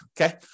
okay